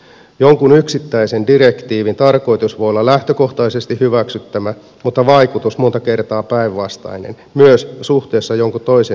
jonkun yksittäisen direktiivin tarkoitus voi olla lähtökohtaisesti hyväksyttävä mutta vaikutus monta kertaa päinvastainen myös suhteessa jonkun toisen direktiivin tarkoitukseen